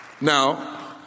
Now